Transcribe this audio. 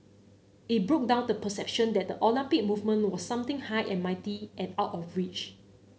it broke down the perception that the Olympic movement was something high and mighty and out of reach